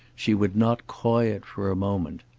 she would not coy it for a moment.